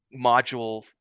module